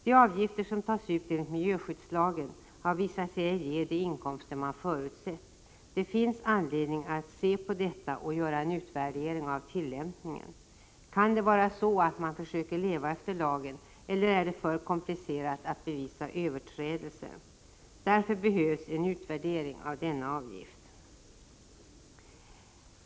De avgifter som tas ut enligt miljöskyddslagen har visat sig ej ge de inkomster man förutsett. Det finns anledning att se på detta och göra en utvärdering av tillämpningen. Kan det vara så att man försöker leva efter lagen, eller är det för komplicerat att bevisa överträdelser? Därför behövs en utvärdering av denna avgift.